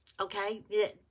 okay